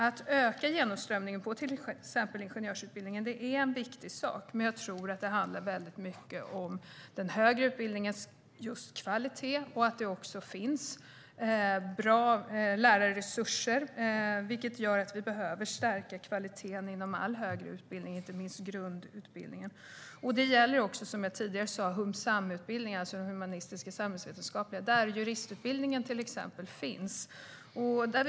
Att öka genomströmningen på till exempel ingenjörsutbildningen är viktigt, och jag tror att det handlar mycket om den högre utbildningens kvalitet och att det finns bra lärarresurser. Det gör att vi behöver stärka kvaliteten inom all högre utbildning, inte minst inom grundutbildningen. Som jag tidigare sa gäller det också humsamutbildningar, alltså humanistiska och samhällsvetenskapliga utbildningar, där till exempel juristutbildningen finns.